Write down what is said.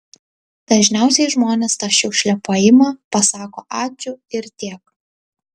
dažniausiai žmonės tą šiukšlę paima pasako ačiū ir tiek